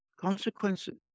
consequences